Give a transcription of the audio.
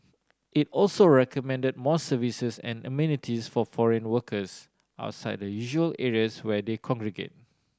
it also recommended more services and amenities for foreign workers outside the usual areas where they congregate